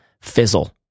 Fizzle